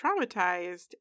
traumatized